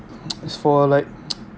it's for like